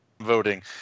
voting